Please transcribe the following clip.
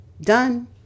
done